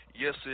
Yes